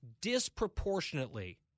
disproportionately